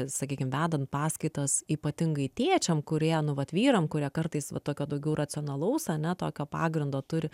sakykim vedant paskaitas ypatingai tėčiam kurie nu vat vyram kurie kartais va tokio daugiau racionalaus ane tokio pagrindo turi